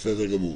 בסדר גמור.